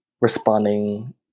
responding